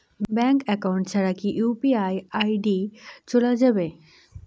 Bank account ছাড়া কি UPI ID চোলা যাবে?